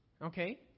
Okay